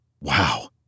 Wow